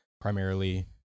primarily